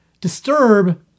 disturb